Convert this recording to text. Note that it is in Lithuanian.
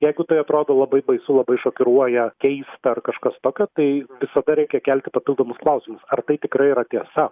jeigu tai atrodo labai baisu labai šokiruoja keista ar kažkas tokio tai visada reikia kelti papildomus klausimus ar tai tikrai yra tiesa